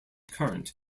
current